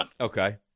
Okay